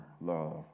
love